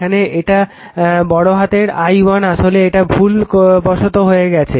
এখানে এটা বড় হাতের i1 আসলে এটা ভুল বসত হয়ে গেছে